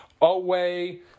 away